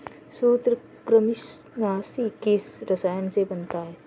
सूत्रकृमिनाशी किस रसायन से बनता है?